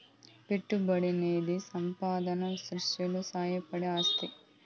పెట్టుబడనేది సంపద సృష్టిలో సాయపడే ఆస్తి